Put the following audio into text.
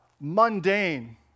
mundane